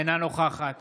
אינה נוכחת